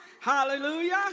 Hallelujah